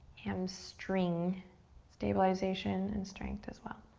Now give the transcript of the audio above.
hamstring stabilization and strength as well.